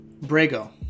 brago